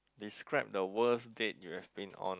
describe the worst date you have been on